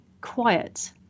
quiet